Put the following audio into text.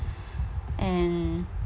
and